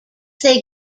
they